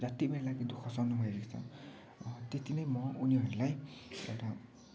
जति पनि मेरो लागि दुखः सहनुभएको छ त्यति नै म उनीहरूलाई एउटा